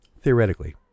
theoretically